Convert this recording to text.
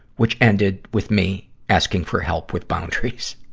which ended with me asking for help with boundaries.